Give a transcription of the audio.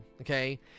okay